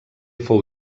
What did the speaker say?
fou